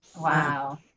Wow